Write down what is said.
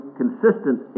consistent